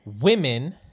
women